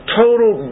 total